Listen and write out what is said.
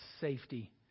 safety